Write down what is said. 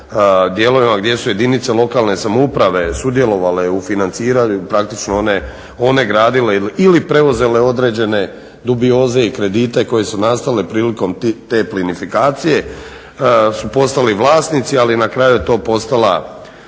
dijelovima gdje su jedinice lokalne samouprave sudjelovale u financiranju i praktično one gradile ili preuzele određene dubioze i kredite koje su nastale prilikom te plinifikacije, su postali vlasnici ali na kraju je to postala